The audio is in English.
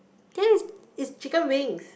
this is chicken wings